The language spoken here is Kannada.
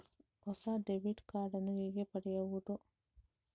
ಹೊಸ ಡೆಬಿಟ್ ಕಾರ್ಡ್ ನ್ನು ಹೇಗೆ ಪಡೆಯುದು?